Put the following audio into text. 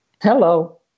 Hello